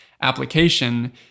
application